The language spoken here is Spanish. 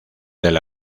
del